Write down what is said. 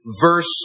verse